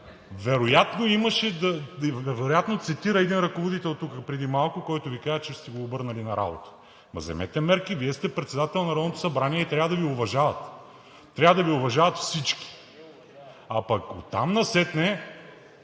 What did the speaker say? подобна на моята вероятно цитира един ръководител преди малко, който Ви каза, че сте си го обърнали на работа. Вземете мерки, Вие сте председател на Народното събрание и трябва да Ви уважават, трябва да Ви уважават всички! Оттам насетне